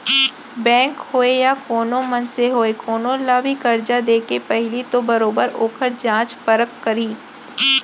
bank होवय या कोनो मनसे होवय कोनो ल भी करजा देके पहिली तो बरोबर ओखर जाँच परख करही